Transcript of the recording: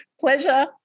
pleasure